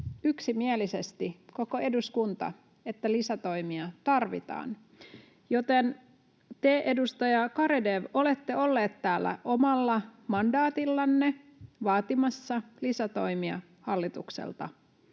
yksimielisesti koko eduskunta, että lisätoimia tarvitaan, joten te, edustaja Garedew, olette ollut täällä omalla mandaatillanne vaatimassa lisätoimia hallitukselta.